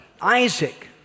Isaac